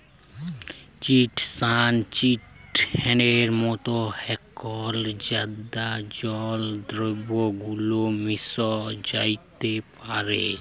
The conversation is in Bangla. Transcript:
চিটসান চিটনের মতন হঁল্যেও জঁদা জল দ্রাবকে গুল্যে মেশ্যে যাত্যে পারে